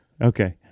Okay